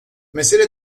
mesele